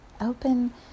Open